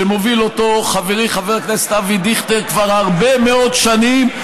שמוביל אותו חברי חבר הכנסת אבי דיכטר כבר הרבה מאוד שנים,